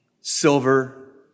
silver